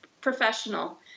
professional